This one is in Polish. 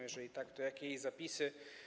Jeżeli tak, to które jej zapisy?